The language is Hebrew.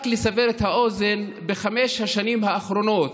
רק לסבר את האוזן: בחמש השנים האחרונות,